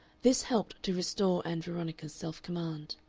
this helped to restore ann veronica's self-command.